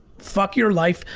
fuck your life,